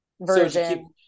version